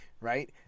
right